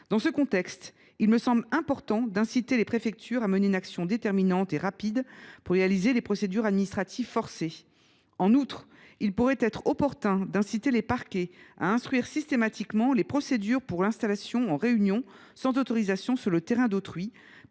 Dans ce contexte, il me semble important d’inciter les préfectures à mener une action déterminante et rapide pour mener à bien les procédures administratives forcées. En outre, il pourrait être opportun d’inciter les parquets à instruire systématiquement les procédures entamées pour installation illicite en réunion sur un terrain appartenant